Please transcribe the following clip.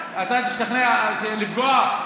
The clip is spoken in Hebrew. אתה תשתכנע לפגוע?